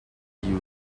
used